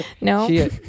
No